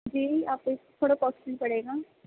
جی آپ کو یہ تھوڑا کوسٹلی پڑے گا